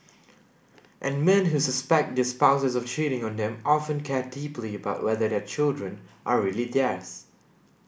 and men who suspect their spouses of cheating on them often care deeply about whether their children are really theirs